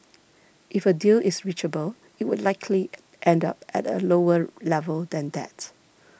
if a deal is reachable it would likely end up at a lower level than that